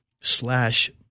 slash